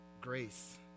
grace